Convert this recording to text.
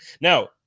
Now